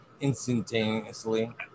instantaneously